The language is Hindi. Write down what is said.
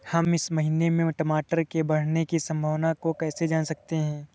हम इस महीने में टमाटर के बढ़ने की संभावना को कैसे जान सकते हैं?